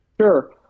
Sure